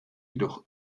jedoch